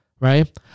Right